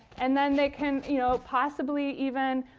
and then they can you know possibly even